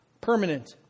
permanent